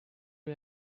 you